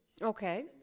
Okay